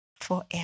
forever